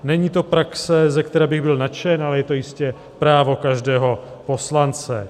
Není to praxe, ze které bych byl nadšen, ale je to jistě právo každého poslance.